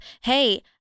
hey